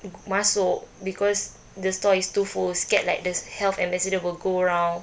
masuk because the store is too full scared like there's health ambassador will go round